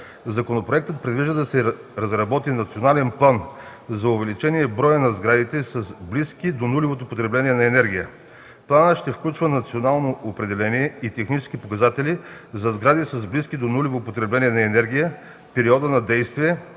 Законопроектът предвижда да се разработи Национален план за увеличаване броя на сградите с близко до нулево потребление на енергия. Планът ще включва националното определение и техническите показатели за сгради с близко до нулево потребление на енергия, периода на действие,